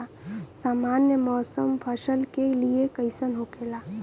सामान्य मौसम फसल के लिए कईसन होखेला?